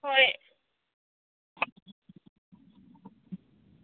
ꯍꯣꯏ